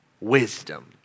wisdom